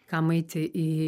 kam eiti į